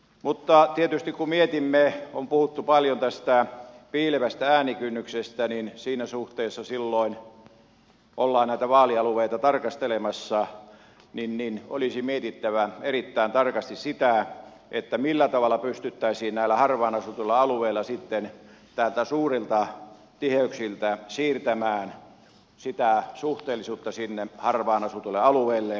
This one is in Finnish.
mutta tietysti on puhuttu paljon tästä piilevästä äänikynnyksestä ja siinä suhteessa silloin ollaan näitä vaalialueita tarkastelemassa olisi mietittävä erittäin tarkasti sitä millä tavalla pystyttäisiin näillä harvaan asutuilla alueilla sitten näiltä suurilta tiheyksiltä siirtämään sitä suhteellisuutta sinne harvaan asutuille alueille